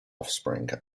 offspring